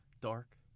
Dark